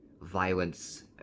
violence